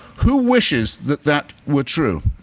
who wishes that that were true?